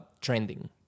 trending